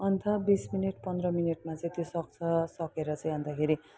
अन्त बिस मिनट पन्ध्र मिनटमा चाहिँ त्यो सक्छ अन्त सकेर चाहिँ अन्तखेरि